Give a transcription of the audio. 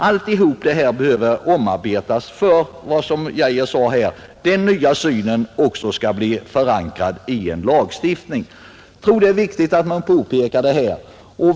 Allt detta behöver omarbetas för att, som herr Geijer sade, den nya synen också skall bli förankrad i en lagstiftning. Jag tror att det är viktigt att man påpekar detta.